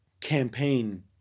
campaign